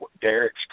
Derek's